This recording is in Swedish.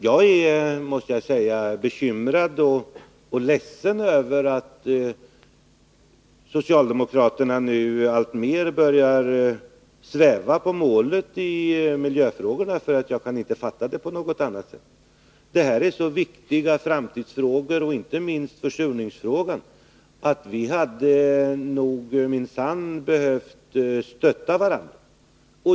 Jag måste säga att jag är både bekymrad och ledsen över att socialdemokraterna nu alltmer börjar sväva på målet i miljöfrågorna. Jag kan inte fatta saken på annat sätt. Det här är så viktiga framtidsfrågor — inte minst försurningsfrågan — att vi minsann hade behövt stötta varandra.